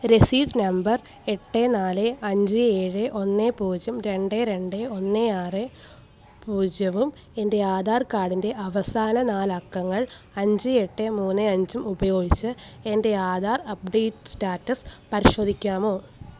രസീത് നമ്പർ എട്ട് നാല് അഞ്ച് ഏഴ് ഒന്ന് പൂജ്യം രണ്ട് രണ്ട് ഒന്ന് ആറ് പൂജ്യവും എന്റെ ആധാർ കാർഡിന്റെ അവസാന നാല് അക്കങ്ങൾ അഞ്ച് എട്ട് മൂന്ന് അഞ്ചും ഉപയോഗിച്ച് എന്റെ ആധാർ അപ്ഡേറ്റ് സ്റ്റാറ്റസ് പരിശോധിക്കാമോ